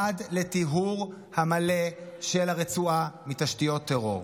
עד לטיהור המלא של הרצועה מתשתיות טרור.